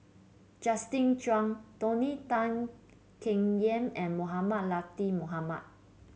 Justin Zhuang Tony Tan Keng Yam and Mohamed Latiff Mohamed